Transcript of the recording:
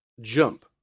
Jump